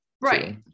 Right